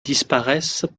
disparaissent